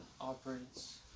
operates